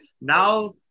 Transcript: Now